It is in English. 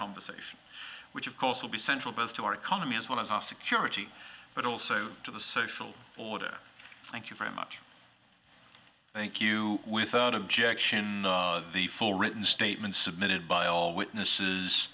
conversation which of course will be central to our economy as well as security but also to the social order thank you very much thank you without objection the full written statement submitted by all witnesses